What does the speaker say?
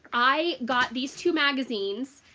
i got these two magazines,